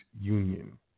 Union